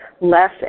less